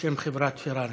ובשם חברת פרארי.